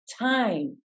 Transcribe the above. time